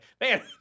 man